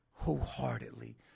wholeheartedly